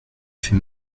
fait